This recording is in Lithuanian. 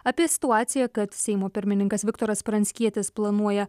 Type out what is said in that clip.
apie situaciją kad seimo pirmininkas viktoras pranckietis planuoja